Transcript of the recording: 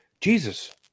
Jesus